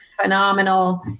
phenomenal